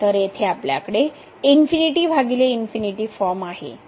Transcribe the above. तर येथे आपल्याकडे ∞∞ फॉर्म आहे